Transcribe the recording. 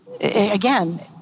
again